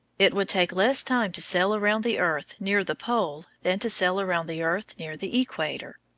it would take less time to sail around the earth near the pole than to sail around the earth near the equator.